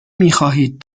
میخواهید